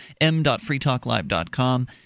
m.freetalklive.com